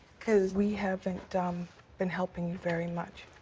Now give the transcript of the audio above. cause we haven't um been helping you very much,